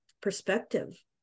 perspective